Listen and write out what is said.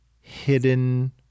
hidden